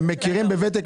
הם מכירים בוותק.